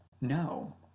No